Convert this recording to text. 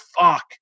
fuck